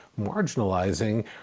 marginalizing